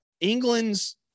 England's